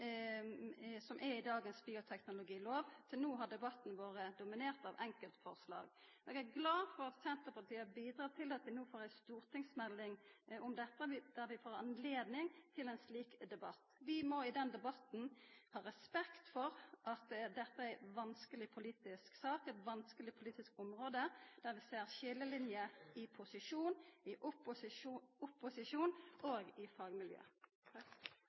dagens bioteknologilov. Til no har debatten vore dominert av enkeltforslag. Eg er glad for at Senterpartiet har bidrege til at vi no får ei stortingsmelding om dette, og at vi får høve til ein slik debatt. Vi må i den debatten ha respekt for at dette er ei vanskeleg politisk sak og eit vanskeleg politisk område, der vi ser skiljelinjer i posisjon, i opposisjon og i